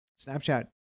Snapchat